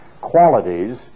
qualities